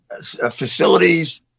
facilities